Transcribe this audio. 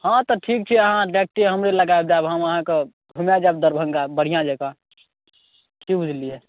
हँ तऽ ठीक छै आहाँ डाइरेक्टे हमरे लग आबि जायब हम अहाँके घुमा देब दरभङ्गा बढ़िआँ जकाँ की बुझलियै